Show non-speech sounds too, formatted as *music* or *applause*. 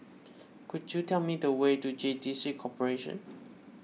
could you tell me the way to J T C Corporation *noise*